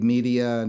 Media